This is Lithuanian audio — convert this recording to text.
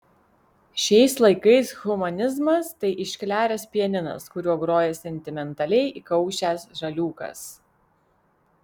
šiais laikais humanizmas tai iškleręs pianinas kuriuo groja sentimentaliai įkaušęs žaliūkas